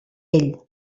ell